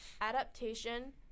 adaptation